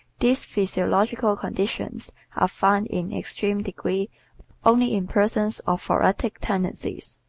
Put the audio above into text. these physiological conditions are found in extreme degree only in persons of thoracic tendencies.